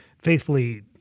faithfully